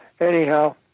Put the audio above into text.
Anyhow